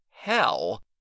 Hell